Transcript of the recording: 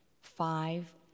five